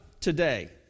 today